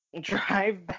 drive